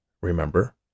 remember